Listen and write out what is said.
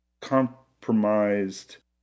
compromised